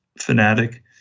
fanatic